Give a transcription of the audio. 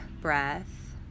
breath